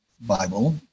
Bible